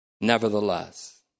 Nevertheless